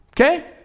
Okay